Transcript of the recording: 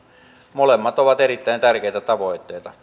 molemmat ovat erittäin tärkeitä tavoitteita